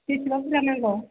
बेसेबां बुरजा नांगौ